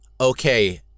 okay